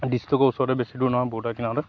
ডিষ্টিকৰ ওচৰতে বেছি দূৰ নহয় বৰ্ডাৰৰ কিনাৰতে